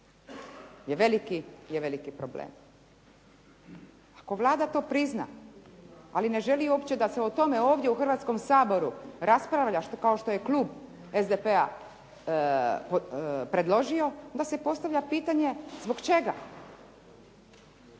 je veliki problem. Ako Vlada to prizna, ali ne želi da se o tome ovdje u Hrvatskom saboru raspravlja, kao što je klub SDP-a predložio, onda se postavlja pitanje zbog čega?